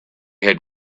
had